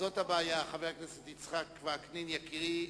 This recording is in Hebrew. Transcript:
זאת הבעיה, חבר הכנסת יצחק וקנין, יקירי.